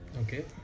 okay